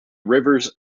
rivers